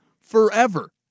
forever